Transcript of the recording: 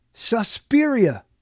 Suspiria